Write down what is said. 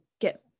get